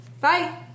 bye